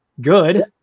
good